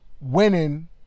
Winning